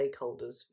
stakeholders